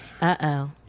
Uh-oh